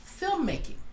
filmmaking